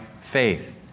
faith